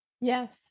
Yes